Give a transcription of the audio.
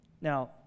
Now